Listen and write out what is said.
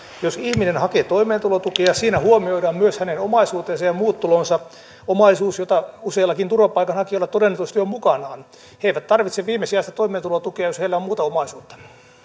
jos ihminen hakee toimeentulotukea siinä huomioidaan myös hänen omaisuutensa ja ja muut tulonsa omaisuus jota useallakin turvapaikanhakijalla todennetusti on mukanaan he eivät tarvitse viimesijaista toimeentulotukea jos heillä on muuta omaisuutta